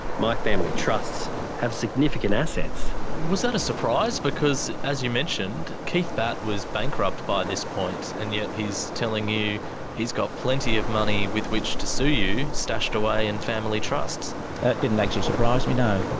my family trusts have significant assets. was that a surprise? because, as you mentioned, keith batt was bankrupt by this point and yet he's telling you he's got plenty of money with which to sue you stashed away in family trusts. it didn't actually surprise me, no.